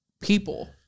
People